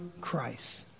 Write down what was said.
Christ